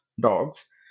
dogs